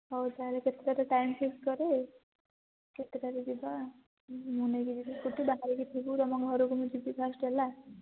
ହଉ ତା'ହେଲେ କେତେଟାରେ ଟାଇମ୍ ଫିକ୍ସ୍ କରେ କେତେଟାରେ ଯିବା ମୁଁ ନେଇକି ଯିବି ସ୍କୁଟି ବାହାରିକି ଥିବୁ ତୁମ ଘରକୁ ମୁଁ ଯିବି ଫାଷ୍ଟ୍ ହେଲା